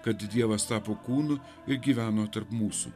kad dievas tapo kūnu ir gyveno tarp mūsų